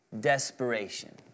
desperation